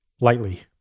lightly